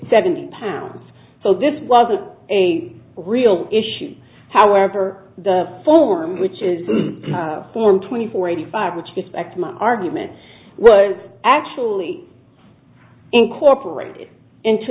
seventy pounds so this wasn't a real issue however the form which is form twenty four eighty five which respect my argument was actually incorporated into